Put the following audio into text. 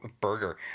Burger